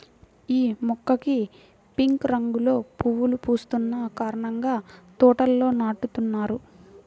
యీ మొక్కకి పింక్ రంగులో పువ్వులు పూస్తున్న కారణంగా తోటల్లో నాటుతున్నారు